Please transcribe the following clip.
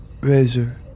razor